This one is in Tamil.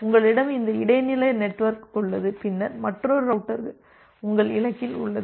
உங்களிடம் இந்த இடைநிலை நெட்வொர்க் உள்ளது பின்னர் மற்றொரு ரௌட்டர் உங்கள் இலக்கில் உள்ளது